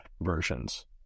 versions